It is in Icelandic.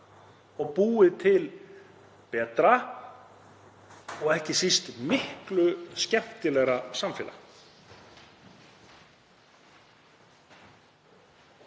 og búið til betra og ekki síst miklu skemmtilegra samfélag.